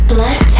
Black